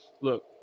look